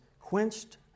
quenched